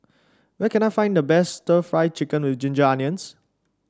where can I find the best stir Fry Chicken with Ginger Onions